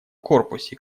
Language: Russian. корпусе